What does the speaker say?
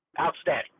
Outstanding